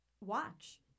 watch